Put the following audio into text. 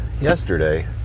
yesterday